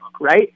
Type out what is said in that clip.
right